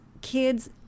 kids